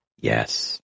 yes